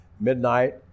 midnight